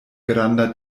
granda